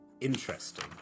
Interesting